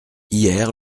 hier